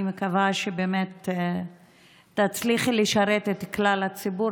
אני מקווה שבאמת תצליחי לשרת את כלל הציבור,